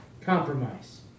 Compromise